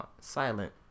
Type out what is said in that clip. silent